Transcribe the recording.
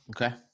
Okay